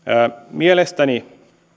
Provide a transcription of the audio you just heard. mielestäni